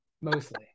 Mostly